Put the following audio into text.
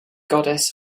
goddess